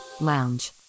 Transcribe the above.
Lounge